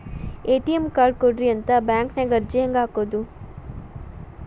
ATM card ಕೊಡ್ರಿ ಅಂತ bank ನ್ಯಾಗ ಅರ್ಜಿ ಹೆಂಗ ಹಾಕೋದು?